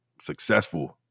successful